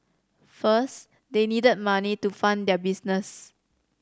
first they needed money to fund their business